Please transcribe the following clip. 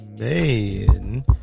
Man